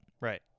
Right